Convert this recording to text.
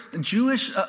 Jewish